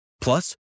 Plus